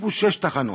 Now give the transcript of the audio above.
הוצבו שש תחנות,